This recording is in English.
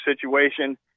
situation